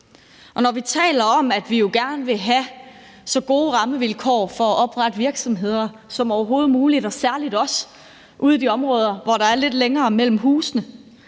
Når vi taler om, at vi jo gerne vil have så gode rammevilkår for at oprette virksomheder som overhovedet muligt, særlig også ude i de områder, hvor der er lidt længere mellem husene,